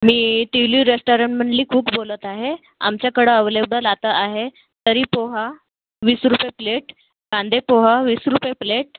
मी ट्युलिव रेश्टॉरंटमधली कुक बोलतं आहे आमच्याकडं अवलेबल आता आहे तर्री पोहा वीस रुपये प्लेट कांदे पोहं वीस रुपये प्लेट